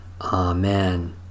Amen